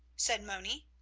said moni.